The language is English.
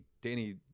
Danny